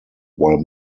while